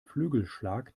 flügelschlag